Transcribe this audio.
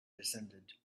descended